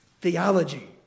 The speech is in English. theology